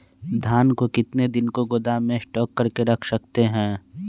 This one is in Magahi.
धान को कितने दिन को गोदाम में स्टॉक करके रख सकते हैँ?